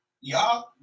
y'all